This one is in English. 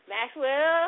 Maxwell